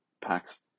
packs